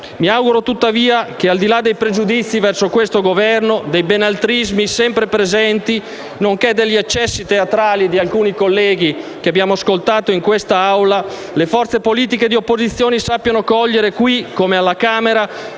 Mi auguro tuttavia che, al di là dei pregiudizi verso questo Governo, dei "benaltrismi" sempre presenti, nonché degli eccessi teatrali di alcuni colleghi che abbiamo ascoltato in quest'Assemblea, le forze politiche di opposizione sappiano cogliere qui come alla Camera